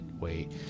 wait